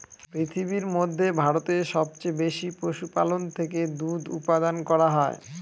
পৃথিবীর মধ্যে ভারতে সবচেয়ে বেশি পশুপালন থেকে দুধ উপাদান করা হয়